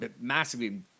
massively